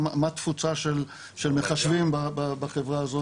מה התפוצה של מחשבים בחברה הזאת.